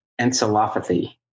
encephalopathy